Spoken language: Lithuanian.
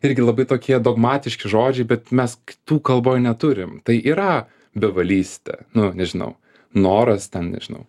irgi labai tokie dogmatiški žodžiai bet mes kitų kalboj neturim tai yra bevalystė nu nežinau noras ten nežinau